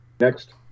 Next